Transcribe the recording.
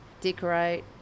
decorate